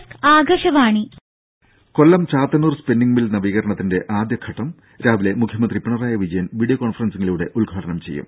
രും Kollam Chathannoor spinning mill നവീകരണത്തിന്റെ ആദ്യഘട്ടം രാവിലെ മുഖ്യമന്ത്രി പിണറായി വിജയൻ വീഡിയോ കോൺഫറൻസിലൂടെ ഉദ്ഘാടനം ചെയ്യും